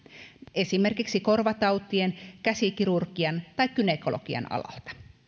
esimerkiksi korvatautien käsikirurgian tai gynekologian alalta